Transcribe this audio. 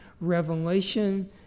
Revelation